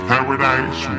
Paradise